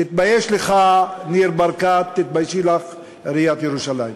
תתבייש לך, ניר ברקת, תתביישי לך, עיריית ירושלים.